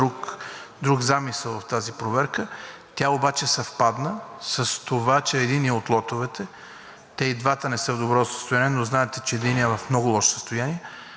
друг замисъл в тази проверка, тя обаче съвпадна с това, че единият от лотовете, те и двата не са в добро състояние, но знаете, че единият е в много лошо състояние.